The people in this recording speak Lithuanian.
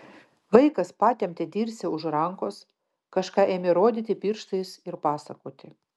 vaikas patempė dirsę už rankos kažką ėmė rodyti pirštais ir pasakoti